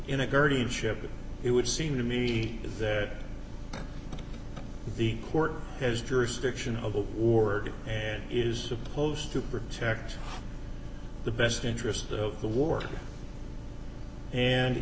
in a guardianship but it would seem to me that the court has jurisdiction of the ward and is supposed to protect the best interest of the war and